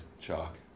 Chalk